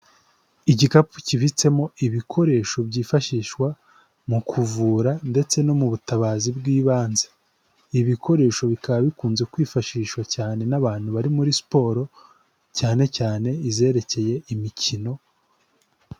Igikapu kibitsemo ibikoresho byifashishwa mu kuvura ndetse no mu butabazi bw'ibanze. Ibikoresho bikaba bikunze kwifashishwa cyane n'abantu bari muri siporo, cyane cyane izerekeye imikino.